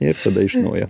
ir tada iš naujo